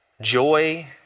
joy